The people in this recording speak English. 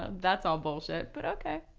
um that's all bullshit but okay,